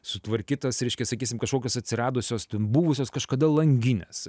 sutvarkytos reiškias sakysim kažkokios atsiradusios tik buvusios kažkada langinės